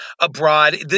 abroad